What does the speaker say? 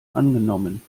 angenommen